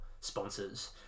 sponsors